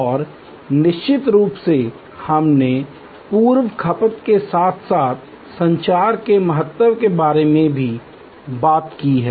और निश्चित रूप से हमने पूर्व खपत के साथ साथ संचार के महत्व के बारे में भी बात की है